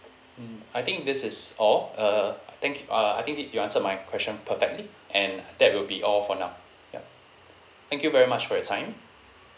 hmm I think this is all uh thank y~ uh I think you answered my question perfectly and that will be all for now yup thank you very much for your time